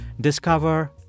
Discover